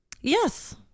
Yes